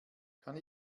kann